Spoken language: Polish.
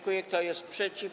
Kto jest przeciw?